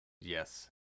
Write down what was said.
Yes